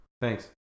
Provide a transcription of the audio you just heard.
Thanks